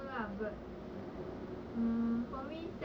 technically speaking is true lah but